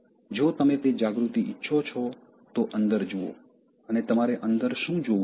જો તમે તે જાગૃતિ ઇચ્છો છો તો અંદર જુઓ અને તમારે અંદર શું જોવું જોઈએ